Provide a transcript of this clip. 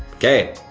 okay,